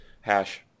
hash